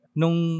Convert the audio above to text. nung